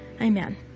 Amen